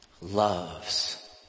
loves